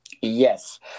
Yes